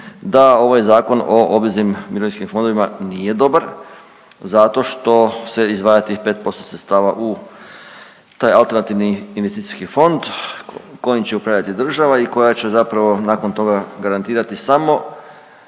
da ovaj Zakon o obveznim mirovinskim fondovima nije dobar zato što se izdvaja tih 5% sredstava u taj AIF kojim će upravljati država i koja će zapravo nakon toga garantirati samo